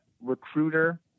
recruiter